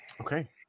Okay